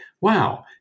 wow